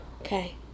Okay